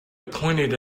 pointed